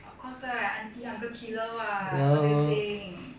of course lah I aunty uncle killer [what] what do you think